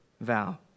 vow